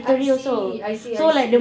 I see I see I see